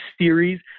series